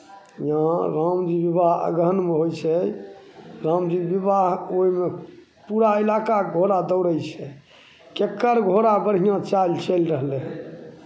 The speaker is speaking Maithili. यहाँ रामजी विवाह अगहनमे होइ छै रामजी विवाह ओहिमे पूरा इलाकाके घोड़ा दौड़ैत छै ककर घोड़ा बढ़िआँ चालि चलि रहलै हइ